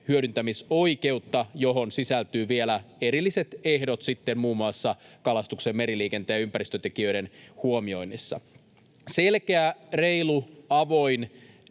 hyödyntämisoikeutta, johon sitten sisältyy vielä erilliset ehdot muun muassa kalastuksen, meriliikenteen ja ympäristötekijöiden huomioinnissa. Selkeä, reilu, avoin,